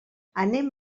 anem